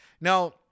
Now